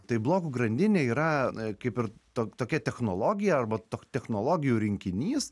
tai blokų grandinė yra e kaip ir to tokia technologija arba to technologijų rinkinys